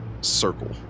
circle